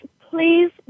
please